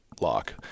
lock